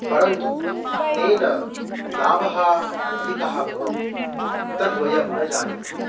परन्तु तेन लाभाः अधिकाः भवन्ति तद्वयं न जानीमः